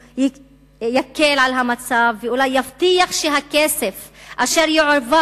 יקל על המצב ואולי יבטיח שהכסף אשר יועבר